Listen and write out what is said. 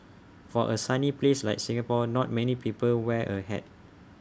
for A sunny place like Singapore not many people wear A hat